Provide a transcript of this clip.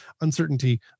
uncertainty